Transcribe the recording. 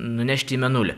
nunešt į mėnulį